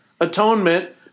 Atonement